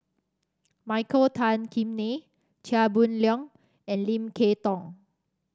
Michael Tan Kim Nei Chia Boon Leong and Lim Kay Tong